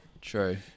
True